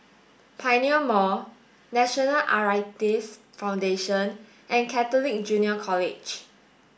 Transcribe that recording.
Pioneer Mall National Arthritis Foundation and Catholic Junior College